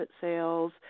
sales